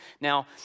Now